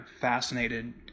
fascinated